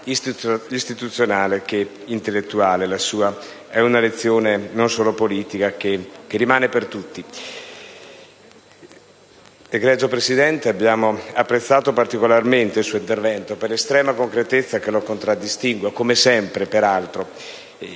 istituzionale che intellettuale. La sua lezione non è solo politica e rimane a tutti. Egregio Presidente del Consiglio, abbiamo apprezzato particolarmente il suo intervento per l'estrema concretezza che lo contraddistingue, come sempre peraltro.